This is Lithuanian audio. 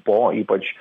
po ypač